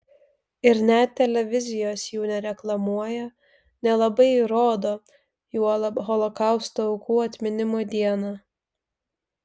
ir net televizijos jų nereklamuoja nelabai ir rodo juolab holokausto aukų atminimo dieną